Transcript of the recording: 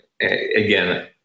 again